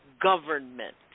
government